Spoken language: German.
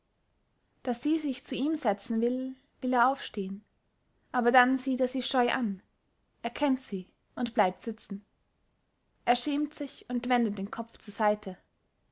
da sie sich zu ihm setzen will will er aufstehen aber dann sieht er sie scheu an erkennt sie und bleibt sitzen er schämt sich und wendet den kopf zur seite